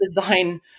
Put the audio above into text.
design